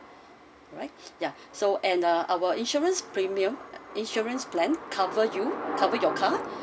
alright yeah so and uh our insurance premium insurance plan cover you cover your car